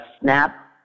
snap